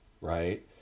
right